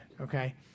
okay